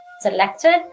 selected